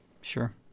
sure